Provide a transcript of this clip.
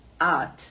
art